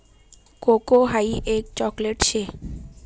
cocoa हाई एक chocolate शे